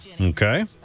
Okay